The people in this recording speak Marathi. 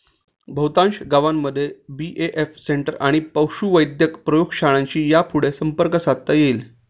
बहुतांश गावांमध्ये बी.ए.एफ सेंटर आणि पशुवैद्यक प्रयोगशाळांशी यापुढं संपर्क साधता येईल